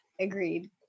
Agreed